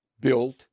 built